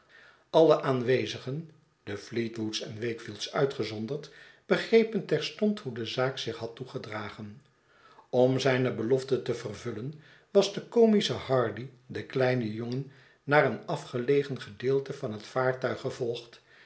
alle aanwezigen de fleetwood's en wakefield's uitgezonderd begrepen terstond hoe de zaak zich had toegedragen om zijne belofte te vervullen was de comische hardy den kleinen jongen naar een afgelegen gedeelte van het vaartuig gevolgd